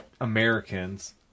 americans